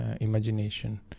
imagination